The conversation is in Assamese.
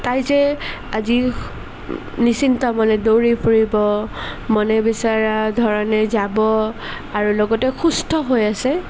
তাই যে আজি নিশ্চিন্তমনে দৌৰি ফুৰিব মনে বিচৰা ধৰণে যাব আৰু লগতে সুস্থ হৈ আছে